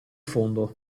fondo